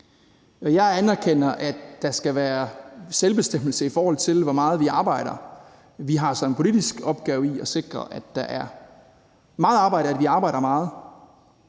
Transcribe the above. Jeg anerkender, at der skal være selvbestemmelse, i forhold til hvor meget vi arbejder. Vi har så en politisk opgave i at sikre, at der er meget arbejde, at vi arbejder meget,